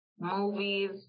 movies